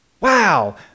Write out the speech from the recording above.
Wow